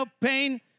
pain